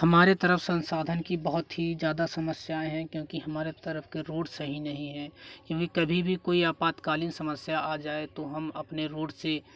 हमारे तरफ संसाधन की बहुत ही ज्यादा समस्याएँ हैं क्योंकि हमारे तरफ के रोड सही नहीं है क्योंकि कभी भी कोई आपातकालीन समस्या आ जाए तो हम अपने रोड से